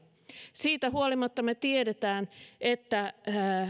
siitä huolimatta me tiedämme että